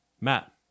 Matt